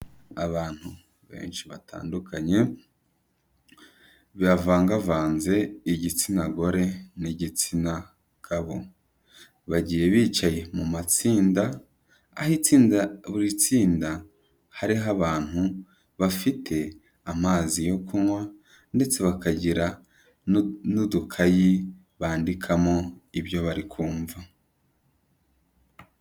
Abantu benshi batandukanye bavangavanze igitsina gore n'igitsina gabo, bagiye bicaye mu matsinda, aho itsinda buri tsinda hariho abantu bafite amazi yo kunywa ndetse bakagira n'udukayi bandikamo ibyo bari kumva.